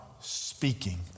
speaking